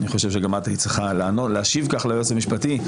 אני חושב שגם את היית צריכה להשיב כך ליועץ המשפטי.